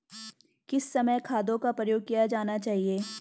किस समय खादों का प्रयोग किया जाना चाहिए?